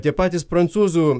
tie patys prancūzų